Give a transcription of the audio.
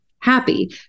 happy